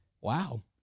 Wow